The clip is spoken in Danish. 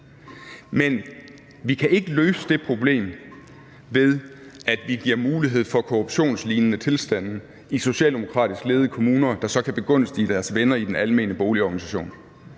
Men vi kan ikke løse det problem, ved at vi giver mulighed for korruptionslignende tilstande i socialdemokratisk ledede kommuner, der så kan begunstige deres venner i de almene boligorganisationer.